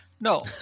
no